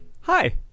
Hi